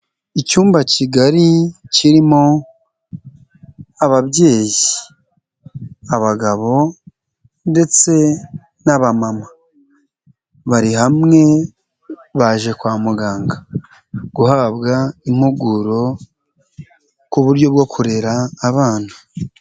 Icyumba kigari kirimo ababyeyi, abagabo ndetse n'abamama bari hamwe baje kwa muganga guhabwa impuguro ku buryo bwo kurera abana.